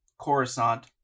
Coruscant